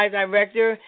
director